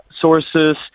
sources